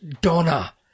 Donna